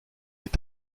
est